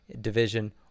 division